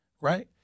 right